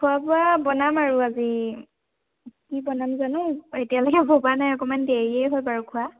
খোৱা বোৱা বনাম আৰু আজি কি বনাম জানো এতিয়ালৈকে ভবা নাই অকণমান দেৰিয়েই হয় বাৰু খোৱা